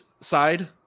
side